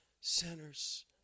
sinners